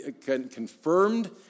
confirmed